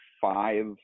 five